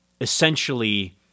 essentially